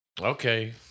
Okay